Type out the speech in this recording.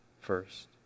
first